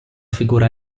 figura